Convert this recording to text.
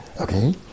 Okay